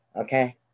Okay